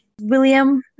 William